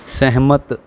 ਸਹਿਮਤ